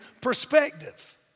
perspective